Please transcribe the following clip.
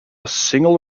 single